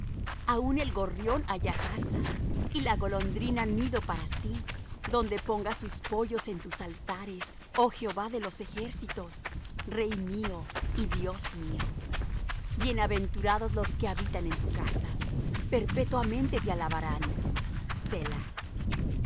aun el gorrión halla casa y la golondrina nido para sí donde ponga sus pollos en tus altares oh jehová de los ejércitos rey mío y dios mío bienaventurados los que habitan en tu casa perpetuamente te alabarán